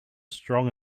strong